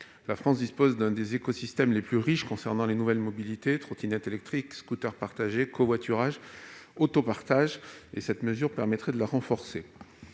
La France dispose d'un des écosystèmes les plus riches s'agissant des nouvelles mobilités : trottinettes électriques, scooters partagés, covoiturage, autopartage ... Une telle mesure permettrait de le renforcer.